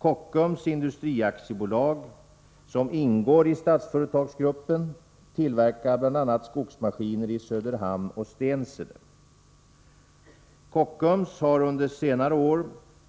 Kockums Industri AB, som ingår i Statsföretagsgruppen, tillverkar bl.a. skogsmaskiner i Söderhamn och Stensele. Kockums har under senare år